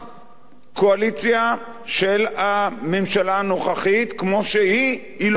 קואליציה של הממשלה הנוכחית כמו שהיא, היא לא זהה,